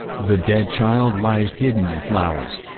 the dead child lies hidden in flowers.